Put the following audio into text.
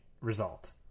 result